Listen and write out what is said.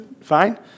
fine